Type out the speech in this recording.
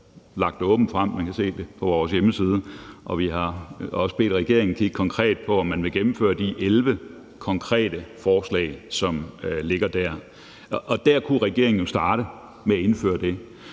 lagt det åbent frem, så man kan se det på vores hjemmeside. Vi har også set regeringen kigge konkret på, om man vil gennemføre de 11 konkrete forslag, som ligger der. Regeringen kunne jo starte med at indføre det,